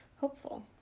hopeful